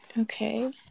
Okay